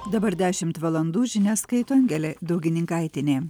dabar dešimt valandų žinias skaito angelė daugininkaitienė